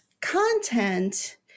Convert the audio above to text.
content